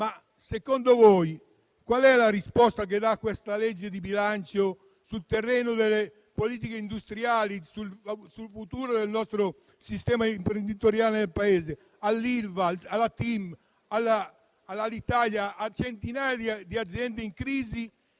secondo voi, qual è la risposta che dà questa legge di bilancio sul terreno delle politiche industriali, sul futuro del nostro sistema imprenditoriale; all'Ilva, alla TIM, all'ex Alitalia e a centinaia di aziende in crisi?